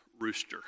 rooster